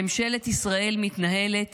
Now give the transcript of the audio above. ממשלת ישראל מתנהלת